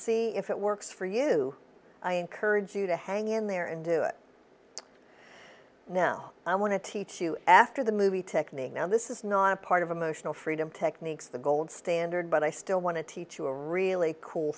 see if it works for you i encourage you to hang in there and do it now i want to teach you after the movie technique now this is not a part of emotional freedom techniques the gold standard but i still want to teach you a really cool